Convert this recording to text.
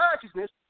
consciousness